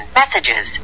messages